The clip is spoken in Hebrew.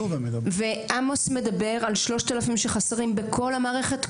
עמוס מדבר על 3,000 שחסרים בכל המערכת,